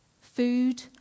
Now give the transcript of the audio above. food